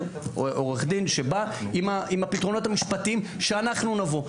שבא עם הפתרונות המשפטיים שאנחנו נבוא.